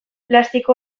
plastiko